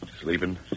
Sleeping